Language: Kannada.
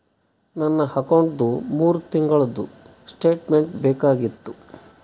ನನ್ನ ಅಕೌಂಟ್ದು ಮೂರು ತಿಂಗಳದು ಸ್ಟೇಟ್ಮೆಂಟ್ ಬೇಕಾಗಿತ್ತು?